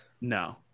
No